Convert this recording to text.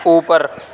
اوپر